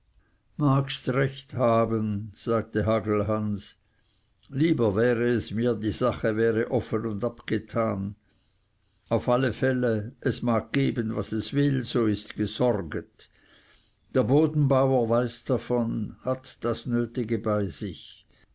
magst was recht haben sagte hagelhans lieber wäre es mir die sache wäre offen und abgetan auf alle fälle es mag geben was es will so ist gesorget der bodenbauer weiß davon hat das nötige bei sich